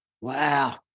Wow